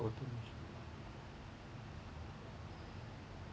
what